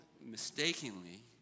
mistakenly